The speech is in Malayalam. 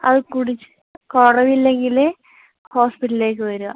അത് കുടിച്ച് കുറവില്ലെങ്കിൽ ഹോസ്പിറ്റലിലേക്ക് വരിക